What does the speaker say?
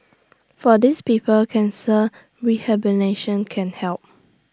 for these people cancer can help